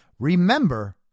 Remember